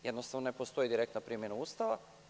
Jednostavno, ne postoji direktna primena Ustava.